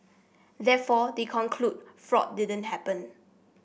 therefore they conclude fraud didn't happen